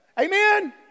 Amen